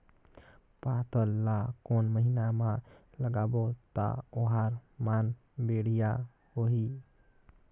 पातल ला कोन महीना मा लगाबो ता ओहार मान बेडिया होही?